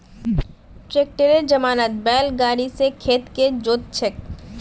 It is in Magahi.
ट्रैक्टरेर जमानात बैल गाड़ी स खेत के जोत छेक